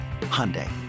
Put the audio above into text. Hyundai